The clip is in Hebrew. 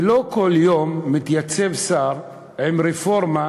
ולא כל יום מתייצב שר עם רפורמה